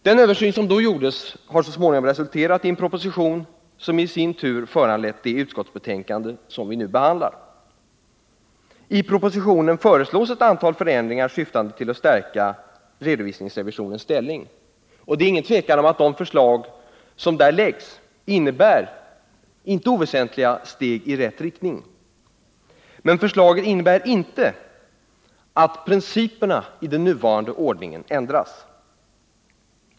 Den översyn som då gjordes har så småningom resulterat i en proposition som i sin tur föranlett det utskottsbetänkande som vi nu behandlar. I propositionen föreslås ett antal förändringar syftande till att stärka redovisningsrevisionens ställning. Det är inget tvivel om att de förslagen innebär inte oväsentliga steg i rätt riktning, men de innebär inte att principerna i den nuvarande ordningen ändras.